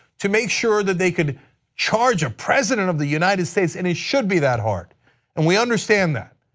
to make sure that they can charge a president of the united states, and it should be that hard and we understand that,